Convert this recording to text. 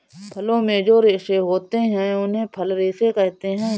फलों में जो रेशे होते हैं उन्हें फल रेशे कहते है